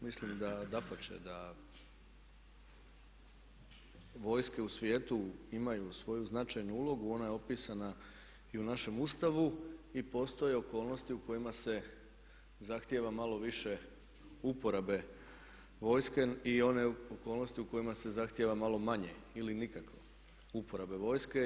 Mislim da dapače da vojske u svijetu imaju svoju značajnu ulogu, ona je opisana i u našem Ustavu i postoje okolnosti u kojima se zahtijeva malo više uporabe vojske i one okolnosti u kojima se zahtijeva malo manje ili nikako uporabe vojske.